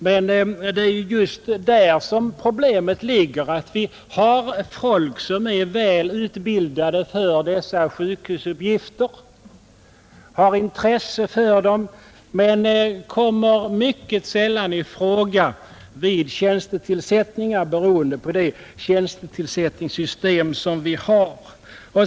Men det är just där som problemet ligger, att vi har människor som är välutbildade för dessa sjukhusuppgifter och har intresse för dem men mycket sällan kan komma i fråga vid tjänstetillsättningar beroende på det tjäustetillsättningssystem som vi har.